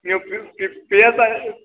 ನೀವು P S I